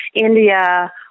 India